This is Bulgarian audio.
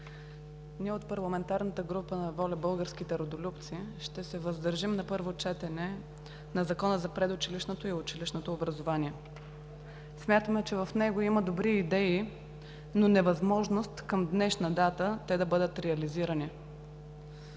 Ние от парламентарната група на „ВОЛЯ – Българските Родолюбци“ ще се въздържим на първо четене от Закона за предучилищното и училищното образование. Смятаме, че в него има добри идеи, но невъзможност към днешна дата те да бъдат реализирани.